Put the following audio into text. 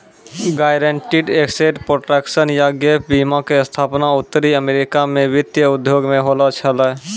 guaranteed asset protection या gap बीमा के स्थापना उत्तरी अमेरिका मे वित्तीय उद्योग मे होलो छलै